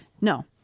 No